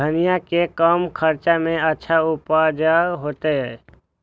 धनिया के कम खर्चा में अच्छा उपज होते?